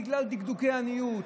בגלל דקדוקי עניות,